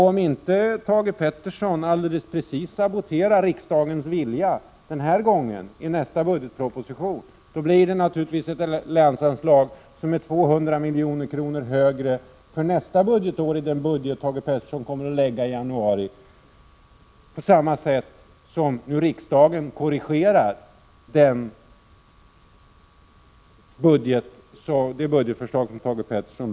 Om inte Thage Peterson helt saboterar riksdagens vilja när det gäller nästa budgetproposition, blir det naturligtvis ett 200 milj.kr. högre länsanslag även den gången, dvs. på samma sätt som riksdagen nu har korrigerat Thage Petersons budgetförslag. Eller hur, Thage Peterson?